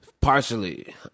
Partially